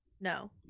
no